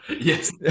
Yes